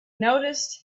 noticed